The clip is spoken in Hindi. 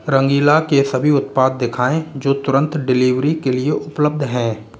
रंगीला के सभी उत्पाद दिखाएँ जो तुरंत डिलीवरी के लिए उपलब्ध हैं